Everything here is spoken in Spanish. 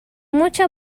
mucha